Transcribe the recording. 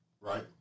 Right